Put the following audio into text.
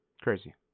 Crazy